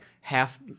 half